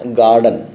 garden